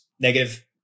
Negative